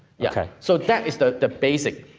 yeah, so that is the the basic,